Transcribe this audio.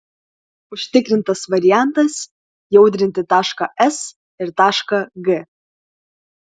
užtikrintas variantas jaudrinti tašką s ir tašką g